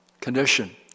Condition